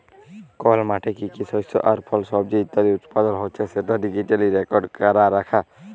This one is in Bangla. কল মাঠে কি কি শস্য আর ফল, সবজি ইত্যাদি উৎপাদল হচ্যে সেটা ডিজিটালি রেকর্ড ক্যরা রাখা